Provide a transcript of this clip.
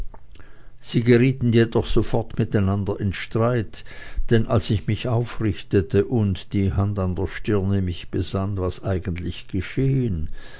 sie gerieten jedoch sofort miteinander in streit denn als ich mich aufrichtete und die hand an der stirne mich besann was eigentlich geschehen